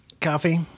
Coffee